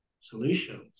solutions